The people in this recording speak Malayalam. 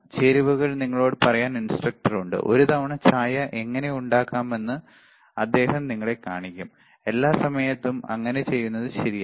ചേരുവകൾ നിങ്ങളോട് പറയാൻ ഇൻസ്ട്രക്ടർ ഉണ്ട് ഒരു തവണ ചായ എങ്ങനെ ഉണ്ടാക്കാമെന്ന് അദ്ദേഹം നിങ്ങളെ കാണിക്കും എല്ലാ സമയത്തും അങ്ങനെ ചെയ്യുന്നത് ശരിയല്ല